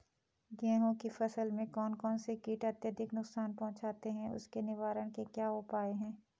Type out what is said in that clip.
गेहूँ की फसल में कौन कौन से कीट अत्यधिक नुकसान पहुंचाते हैं उसके निवारण के क्या उपाय हैं?